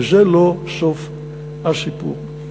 וזה לא סוף הסיפור.